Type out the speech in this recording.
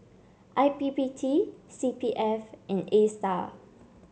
I P P T C P F and Astar